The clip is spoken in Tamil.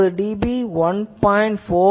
39 dB 1